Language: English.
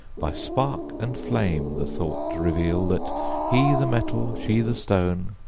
by spark and flame, the thought reveal that he the metal, she the stone,